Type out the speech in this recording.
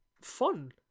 fun